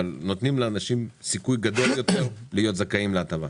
אבל נותנים לאנשים סיכוי גדול יותר להיות זכאים להטבה.